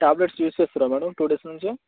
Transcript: tablets use చేస్తుర్రా madam two days నుంచి